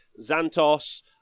Xantos